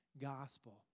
gospel